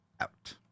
out